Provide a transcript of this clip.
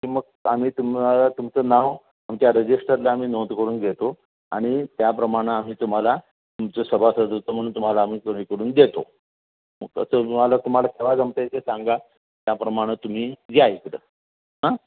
की मग आम्ही तुम्हाला तुमचं नाव आमच्या रजिस्टरला आम्ही नोंद करून घेतो आणि त्याप्रमाणं आम्ही तुम्हाला तुमचं सभासदत्व म्हणून तुम्हाला आम्ही करू हे करून देतो मग तसं तुम्हाला तुम्हाला केव्हा जमत आहे ते सांगा त्याप्रमाणं तुम्ही या इकडं हां